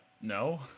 no